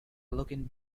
looking